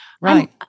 Right